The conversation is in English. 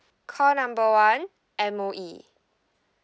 call number one M_O_E